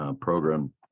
program